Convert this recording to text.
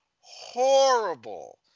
Horrible